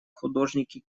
художники